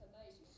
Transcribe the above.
Amazing